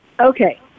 Okay